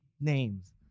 names